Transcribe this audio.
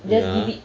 ya